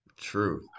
True